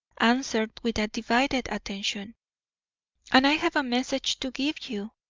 answered with a divided attention and i have a message to give you.